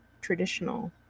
traditional